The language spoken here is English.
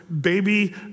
baby